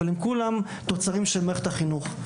אבל הם כולם תוצרים של מערכת החינוך.